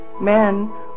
Men